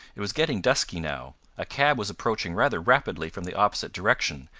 it was getting dusky now. a cab was approaching rather rapidly from the opposite direction,